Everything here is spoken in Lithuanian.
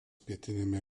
pietiniame